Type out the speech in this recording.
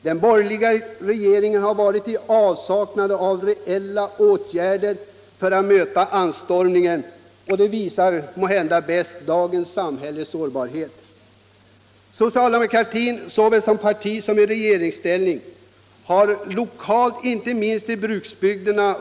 Den borgerliga regeringen har varit i avsaknad av reella åtgärder för att möta anstormningen, och det visar måhända bäst dagens samhälles sårbarhet. Socialdemokratin har — såväl som parti som i regeringsställning — lokalt, inte minst i bruksbygderna.